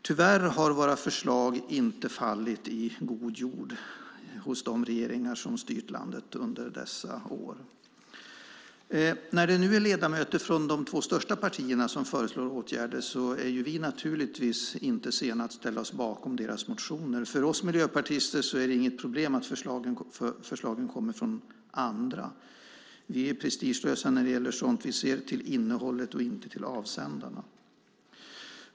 Tyvärr har våra förslag inte fallit i god jord hos de regeringar som har styrt landet under dessa år. När det nu är ledamöter från de två största partierna som föreslår åtgärder är vi naturligtvis inte sena att ställa oss bakom deras motioner. För oss miljöpartister är det inget problem att förslagen kommer från andra. Vi är prestigelösa när det gäller sådant. Vi ser till innehållet och inte till avsändarna.